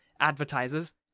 advertisers